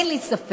אין לי ספק